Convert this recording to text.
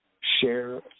share